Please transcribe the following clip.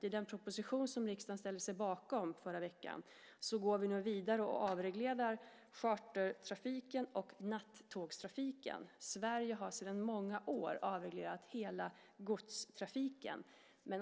I den proposition som riksdagen ställde sig bakom förra veckan går vi vidare och avreglerar chartertrafiken och nattågstrafiken. Sverige har sedan många år avreglerat hela godstrafiken.